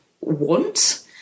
want